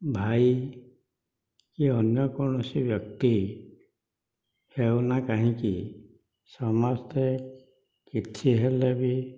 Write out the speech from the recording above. ଭାଇ କି ଅନ୍ୟ କୌଣସି ବ୍ୟକ୍ତି ହେଉ ନା କାହିଁକି ସମସ୍ତେ କିଛି ହେଲେ ବି